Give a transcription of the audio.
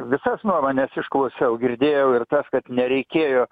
visas nuomones išklausiau girdėjau ir tas kad nereikėjo